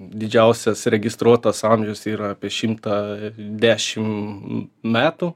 didžiausias registruotas amžius yra apie šimtą dešim metų